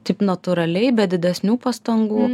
taip natūraliai be didesnių pastangų